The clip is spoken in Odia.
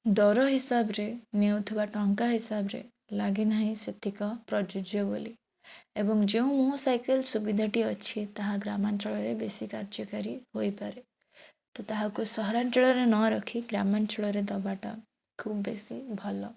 ଦର ହିସାବରେ ନେଉଥିବା ଟଙ୍କା ହିସାବରେ ଲାଗେ ନାହିଁ ସେତିକି ପ୍ରଯୁଜ୍ୟ ବୋଲି ଏବଂ ଯେଉଁ ମୋ ସାଇକେଲ୍ ସୁବିଧାଟି ଅଛି ତାହା ଗ୍ରାମାଞ୍ଚଳରେ ବେଶୀ କାର୍ଯ୍ୟକାରୀ ହୋଇପାରେ ତ ତାହାକୁ ସହରାଞ୍ଚଳରେ ନ ରଖି ଗ୍ରାମାଞ୍ଚଳରେ ଦେବାଟା ଖୁବ୍ ବେଶୀ ଭଲ